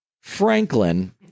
Franklin